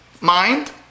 Mind